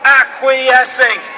acquiescing